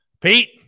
Pete